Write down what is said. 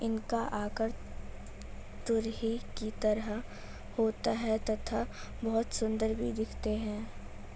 इनका आकार तुरही की तरह होता है तथा बहुत सुंदर भी दिखते है